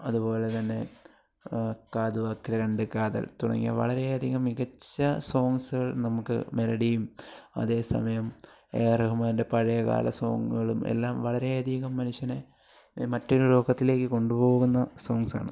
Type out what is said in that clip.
അതുപോലെത്തന്നെ കാതുവാക്കിലെ രണ്ട് കാതൽ തുടങ്ങിയ വളരെയധികം മികച്ച സോങ്സുകൾ നമുക്ക് മെലഡിയും അതേസമയം എ ആർ റഹ്മാൻ്റെ പഴയകാല സോങ്ങുകളും എല്ലാം വളരെയധികം മനുഷ്യനെ മറ്റൊരു ലോകത്തിലേക്ക് കൊണ്ടുപോകുന്ന സോങ്സാണ്